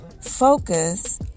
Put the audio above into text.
focus